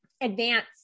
advance